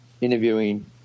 interviewing